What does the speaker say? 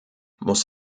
muss